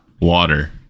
water